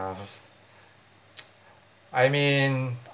nah I mean